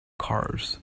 cars